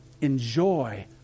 enjoy